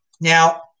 Now